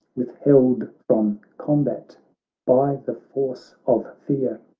withheld from combat by the force of fear,